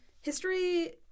History